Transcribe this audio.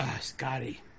Scotty